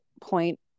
point